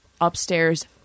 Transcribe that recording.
upstairs